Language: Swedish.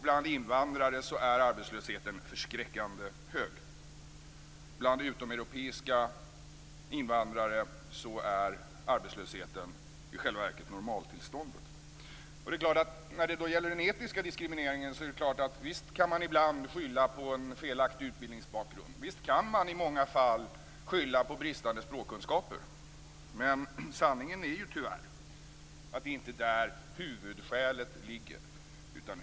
Bland invandrare är arbetslösheten förskräckande hög. Bland utomeuropeiska invandrare är arbetslösheten i själva verket normaltillståndet. När det gäller den etniska diskrimineringen är det klart att visst kan man ibland skylla på en felaktig utbildningsbakgrund. Visst kan man i många fall skylla på bristande språkkunskaper. Men sanningen är ju tyvärr att det inte är där huvudskälet ligger.